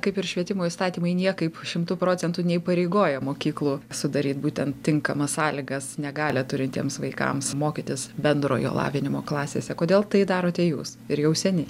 kaip ir švietimo įstatymai niekaip šimtu procentų neįpareigoja mokyklų sudaryt būtent tinkamas sąlygas negalią turintiems vaikams mokytis bendrojo lavinimo klasėse kodėl tai darote jūs ir jau seniai